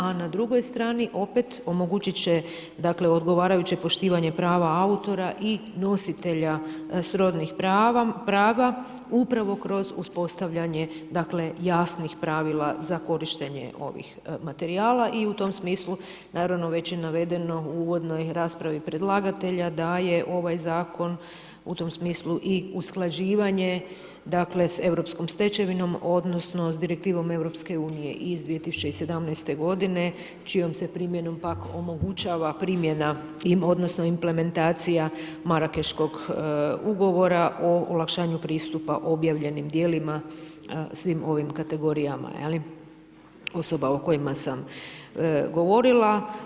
A na drugoj strani opet omogućit će dakle odgovarajuće poštivanje prava autora i nositelja srodnih prava upravo kroz uspostavljanje jasnih pravila za korištenje ovih materijala i u tom smislu, naravno već je navedeno uvodno i u raspravi predlagatelja, da je ovaj zakon u tom smislu i usklađivanje s europskom stečevinom, odnosno, sa direktivom EU iz 2017. g. čijom se primjenom pak omogućava primjena, odnosno, implementacija marakeškog ugovora o olakšanju pristupa obavljenim djelima svim ovim kategorijama osoba o kojima sam govorila.